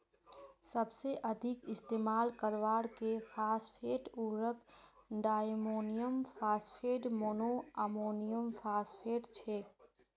सबसे अधिक इस्तेमाल करवार के फॉस्फेट उर्वरक डायमोनियम फॉस्फेट, मोनोअमोनियमफॉस्फेट छेक